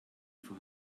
for